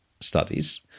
studies